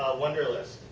wunderlist.